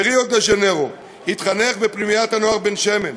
בריו דה-ז'נירו התחנך בפנימיית הנוער בן-שמן.